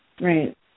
Right